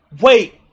Wait